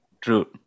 True